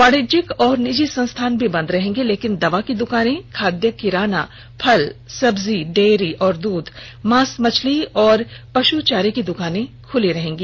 वाणिज्यिक और निजी संस्थान भी बंद रहेंगे लेकिन दवा की दुकानें खाद्य किराना फल सब्जी डेयरी और दूध मांस मछली और पशु चारे की दुकानें खुली रहेगी